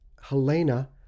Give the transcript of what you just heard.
Helena